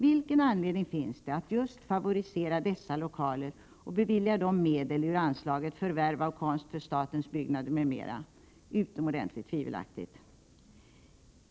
Vilken anledning finns det att just favorisera dessa lokaler och bevilja dem medel ur anslaget Förvärv av konst för statens byggnader m.m.? Utomordentligt tvivelaktigt!